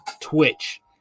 Twitch